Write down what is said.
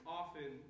often